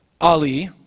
Ali